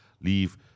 leave